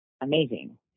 amazing